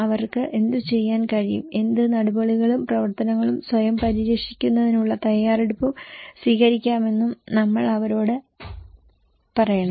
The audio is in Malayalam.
അവർക്ക് എന്തുചെയ്യാൻ കഴിയും എന്ത് നടപടികളും പ്രവർത്തനങ്ങളും സ്വയം പരിരക്ഷിക്കുന്നതിനുള്ള തയ്യാറെടുപ്പും സ്വീകരിക്കാമെന്നും നമ്മൾ അവരോട് പറയണം